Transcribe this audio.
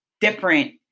different